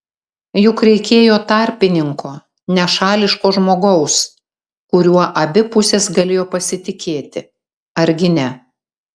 juk reikėjo tarpininko nešališko žmogaus kuriuo abi pusės galėjo pasitikėti argi ne